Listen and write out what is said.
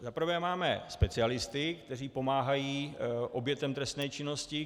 Za prvé máme specialisty, kteří pomáhají obětem trestné činnosti.